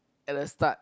at the start